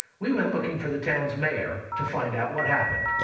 we went looking for the town's mayor to find out what happened.